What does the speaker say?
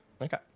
okay